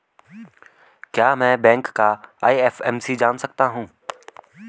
क्या मैं बैंक का आई.एफ.एम.सी जान सकता हूँ?